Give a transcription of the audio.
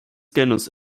genus